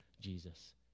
Jesus